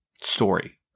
story